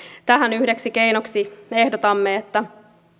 tähän yhdeksi keinoksi ehdotamme että